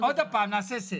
עוד פעם, נעשה סדר.